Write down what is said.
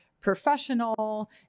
professional